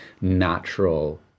natural